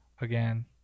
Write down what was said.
again